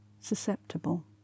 susceptible